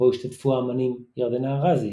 בו השתתפו האמנים ירדנה ארזי,